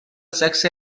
sexe